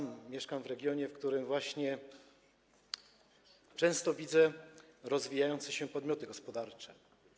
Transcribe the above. Mieszkam w regionie, w którym często widzę rozwijające się podmioty gospodarcze.